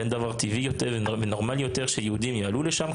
אין דבר טבעי ונורמלי יותר מכך שיהודים יעלו לשם,